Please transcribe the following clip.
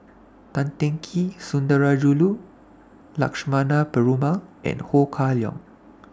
Tan Teng Kee Sundarajulu Lakshmana Perumal and Ho Kah Leong